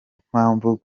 mpamvu